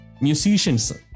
Musicians